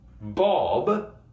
Bob